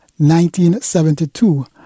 1972